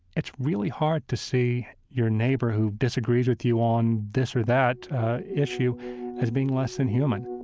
it's really hard to see your neighbor who disagrees with you on this or that issue as being less than human